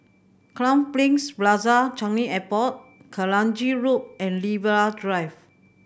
Crowne Plaza Changi Airport Kranji Loop and Libra Drive